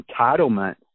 entitlement